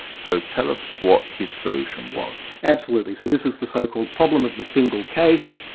so tell us what his solution was? absolutely. so this is the so-called problem of the single case.